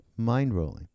mindrolling